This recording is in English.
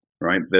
right